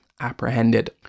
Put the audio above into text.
apprehended